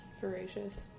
voracious